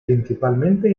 principalmente